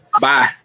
bye